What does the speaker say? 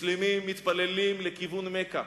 מוסלמים מתפללים לכיוון מכה.